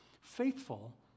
Faithful